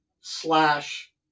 slash